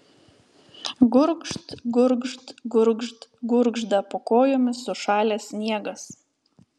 gurgžt gurgžt gurgžt gurgžda po kojomis sušalęs sniegas